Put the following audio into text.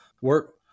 work